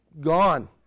gone